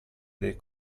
dei